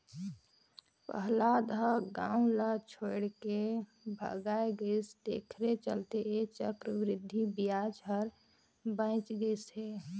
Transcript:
पहलाद ह गाव ल छोएड के भाएग गइस तेखरे चलते ऐ चक्रबृद्धि बियाज हर बांएच गइस हे